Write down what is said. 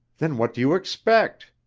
then what do you expect?